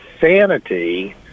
sanity